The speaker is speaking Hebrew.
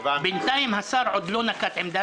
בינתיים השר עוד לא נקט עמדה.